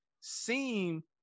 seem